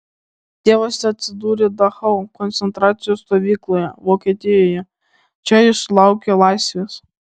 tėvas atsidūrė dachau koncentracijos stovykloje vokietijoje čia jis sulaukė laisvės